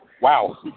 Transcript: Wow